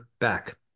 back